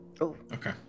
Okay